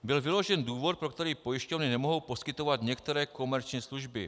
Byl vyložen důvod, pro který pojišťovny nemohou poskytovat některé komerční služby.